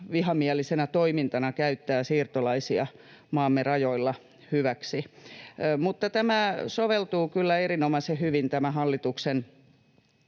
vihamielisenä toimintana käyttää siirtolaisia hyväksi maamme rajoilla. Mutta tämä soveltuu kyllä erinomaisen hyvin tämän hallituksen